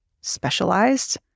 specialized